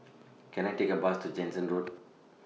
Can I Take A Bus to Jansen Road